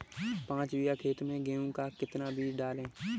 पाँच बीघा खेत में गेहूँ का कितना बीज डालें?